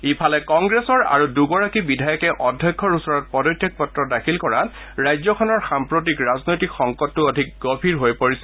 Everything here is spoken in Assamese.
ইফালে কংগ্ৰেছৰ আৰু দুগৰাকী বিধায়কে অধ্যক্ষৰ ওচৰত পদত্যাগ পত্ৰ দাখিল কৰাত ৰাজ্যখনৰ সাম্প্ৰতিক ৰাজনৈতিক সংকটটো অধিক গভীৰ হৈ পৰিছে